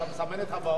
אתה מסמן את הבאות?